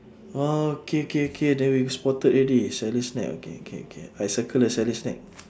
oh okay okay okay then we spotted already sally's snack okay K K I circle the sally's snack